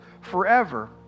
forever